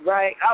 Right